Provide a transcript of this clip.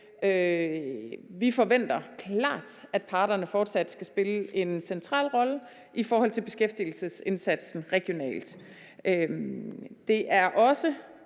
Vi forventer klart, at parterne fortsat skal spille en central rolle i forhold til beskæftigelsesindsatsen regionalt. Det er også